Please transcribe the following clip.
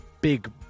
big